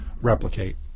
replicate